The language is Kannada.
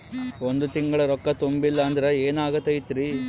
ಒಂದ ತಿಂಗಳ ರೊಕ್ಕ ತುಂಬಿಲ್ಲ ಅಂದ್ರ ಎನಾಗತೈತ್ರಿ?